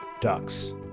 ducks